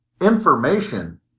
information